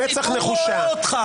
הציבור רואה אותך.